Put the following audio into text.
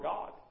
God